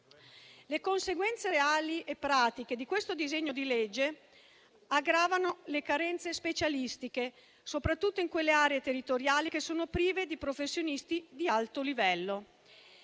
Le conseguenze reali e pratiche di questo disegno di legge aggravano le carenze specialistiche, soprattutto nelle territoriali prive di professionisti di alto livello.